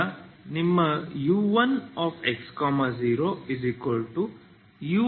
ಈಗ ನಿಮ್ಮ u1x0ux0 ಏನಾಗುತ್ತದೆ